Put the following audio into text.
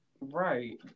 Right